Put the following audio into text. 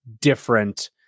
different